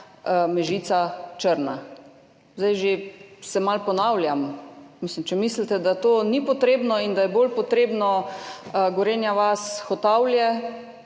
Mežica–Črna. Zdaj se že malo ponavljam, če mislite, da to ni potrebno in da je bolj potrebna Gorenja vas–Hotavlje,